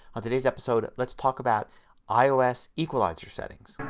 on today's episode let's talk about ios equalizer settings.